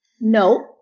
no